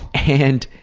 and